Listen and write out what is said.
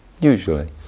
usually